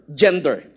gender